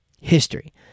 history